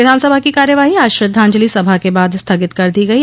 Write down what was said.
विधानसभा की कार्यवाही आज श्रद्धांजलि सभा के बाद स्थगित कर दी गयी